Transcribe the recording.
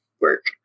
work